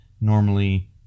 normally